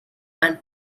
and